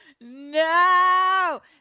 No